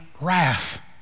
wrath